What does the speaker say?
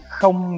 không